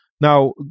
Now